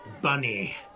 bunny